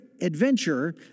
adventure